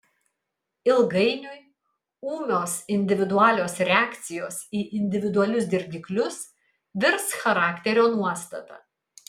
ilgainiui ūmios individualios reakcijos į individualius dirgiklius virs charakterio nuostata